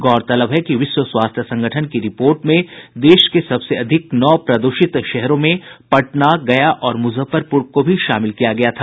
गौरतलब है कि विश्व स्वास्थ्य संगठन की रिपोर्ट में देश के सबसे अधिक नौ प्रदूषित शहरों में पटना गया और मुजफ्फरपुर को भी शामिल किया गया था